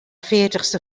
veertigste